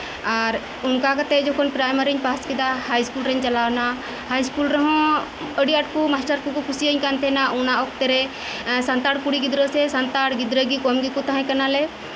ᱟᱨ ᱟᱱᱠᱟ ᱠᱟᱛᱮᱫ ᱡᱚᱠᱷᱚᱱ ᱯᱨᱟᱭᱢᱟᱨᱤᱧ ᱯᱟᱥ ᱠᱮᱫᱟ ᱦᱟᱭ ᱤᱥᱠᱩᱞᱤᱧ ᱪᱟᱞᱟᱣᱮᱱᱟ ᱦᱟᱭ ᱤᱥᱠᱩᱞ ᱨᱮᱦᱚᱸ ᱟᱹᱰᱤ ᱟᱸᱴ ᱢᱟᱥᱴᱟᱨ ᱠᱚᱠᱚ ᱠᱩᱥᱤᱭᱟᱹᱧ ᱠᱟᱱ ᱛᱟᱦᱮᱸᱱᱟ ᱚᱱᱟ ᱚᱠᱛᱚ ᱨᱮ ᱥᱟᱱᱛᱟᱲ ᱠᱩᱲᱤ ᱜᱤᱫᱽᱨᱟᱹ ᱥᱮ ᱥᱟᱱᱛᱟᱲ ᱜᱤᱫᱽᱨᱟᱹ ᱜᱮ ᱠᱚᱢ ᱜᱮᱠᱚ ᱜᱮᱞᱮ ᱛᱟᱦᱮᱸᱠᱟᱱᱟ ᱞᱮ